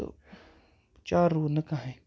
تہٕ چار روٗد نہٕ کٕہٕنۍ